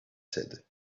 said